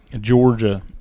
Georgia